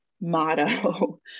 motto